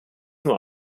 nur